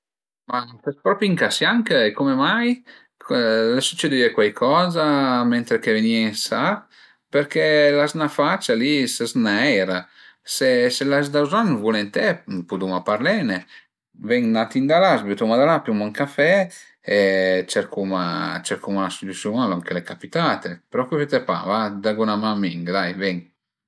Ma ses propi ëncasià ëncöi, cume mai? A ie sücedüie cuaicoza mentre che venìe ënsà? Perché l'as 'na facia li, ses neir, se l'as da bëzogn vulenté puduma parlene, ven ün atim da la, s'bütuma da la, pìuma ün café e cercuma cercuma 'na solüsiun a lon ch'al e capitate, preocupite pa va, dagu 'na man mi, dai ven